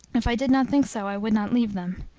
if i did not think so, i would not leave them.